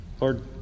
Lord